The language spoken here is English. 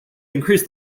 increased